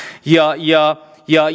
ja ja